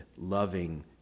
loving